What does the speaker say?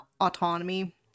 autonomy